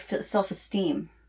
self-esteem